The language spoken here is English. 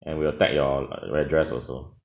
and we'll tag your address also